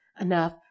enough